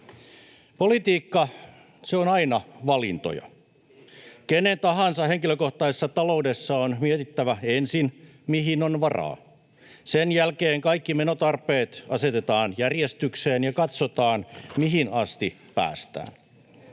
Politiikka, se on aina valintoja. Kenen tahansa henkilökohtaisessa taloudessa on mietittävä ensin, mihin on varaa. Sen jälkeen kaikki menotarpeet asetetaan järjestykseen ja katsotaan, mihin asti päästään.